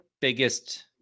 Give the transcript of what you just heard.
biggest